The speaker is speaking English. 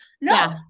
No